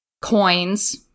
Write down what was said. Coins